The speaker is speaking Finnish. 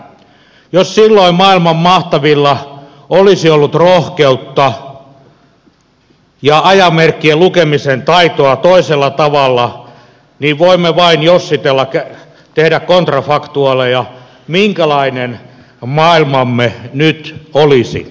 jos silloin maailman mahtavilla olisi ollut rohkeutta ja ajan merkkien lukemisen taitoa toisella tavalla niin voimme vain jossitella tehdä kontrafaktuaaleja minkälainen maailmamme nyt olisi